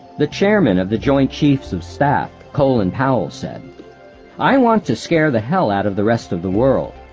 the chairman of the joint chiefs of staff, colin powell, said i want to scare the hell out of the rest of the world.